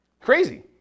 Crazy